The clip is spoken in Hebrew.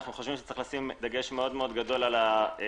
אנחנו חושבים שצריכים לשים דגש מאוד גדול על שילוב